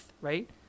right